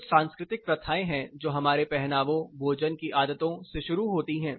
कुछ सांस्कृतिक प्रथाएं हैं जो हमारे पहनावों भोजन की आदतों से शुरू होती है